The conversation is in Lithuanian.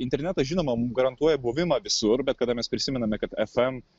internetas žinoma mum garantuoja buvimą visur bet kada mes prisimename kad fm